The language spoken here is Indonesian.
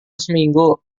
seminggu